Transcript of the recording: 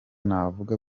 navuga